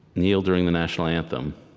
kneel during the national anthem,